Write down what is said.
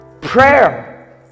Prayer